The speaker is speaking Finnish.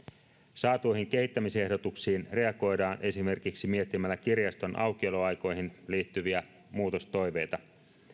saatuihin kehittämisehdotuksiin reagoidaan esimerkiksi miettimällä kirjaston aukioloaikoihin liittyviä muutostoiveita